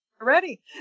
ready